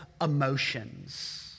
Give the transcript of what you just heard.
emotions